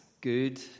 good